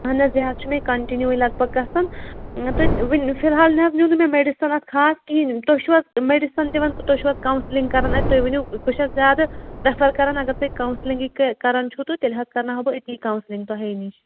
اہن حظ یہِ حظ چھِ مےٚ کَنٹِنیوٗوٕے لگ بگ گژھان توتہِ وٕنہِ فِلحال نہ حظ نیوٗ نہٕ مےٚ میڈِسَن اَتھ خاص کِہیٖنۍ تُہۍ چھُوَ میڈِسَن دِوان تُہۍ چھُوا کَوسِلِنٛگ کَران اَتہِ تُہۍ ؤنِو تُہۍ چھُوا زیادٕ پرٛیفَر کَرَن اگر تۄہہِ کَوسِلِنٛگٕے کٔرۍ کَران چھُ تہٕ تیٚلہِ حظ کَرناو بہٕ أتی کَوسِلِنٛگ تۄہے نِش